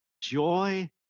joy